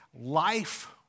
life